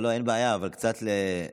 אין בעיה, אבל את קצת מפריעה.